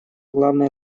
главная